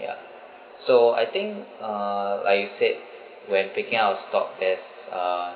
ya so I think uh like you said when picking out stock there's uh